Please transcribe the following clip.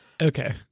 Okay